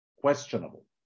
questionable